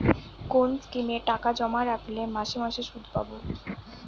কোন স্কিমে টাকা জমা রাখলে মাসে মাসে সুদ পাব?